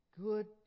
Good